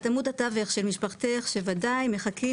את עמוד התווך של משפחתך שוודאי מחכים